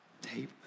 tape